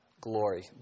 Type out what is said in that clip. glory